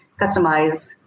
customize